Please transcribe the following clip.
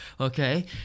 okay